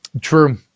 true